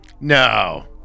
No